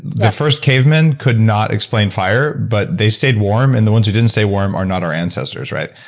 the first cavemen could not explain fire, but they stayed warm, and the ones who didn't stay warm are not our ancestors, right?